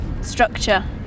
structure